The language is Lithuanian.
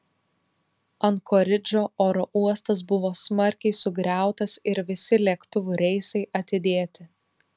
ankoridžo oro uostas buvo smarkiai sugriautas ir visi lėktuvų reisai atidėti